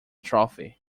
trophy